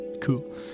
cool